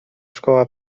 szkoła